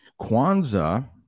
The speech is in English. Kwanzaa